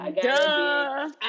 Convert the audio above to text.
Duh